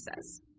says